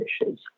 issues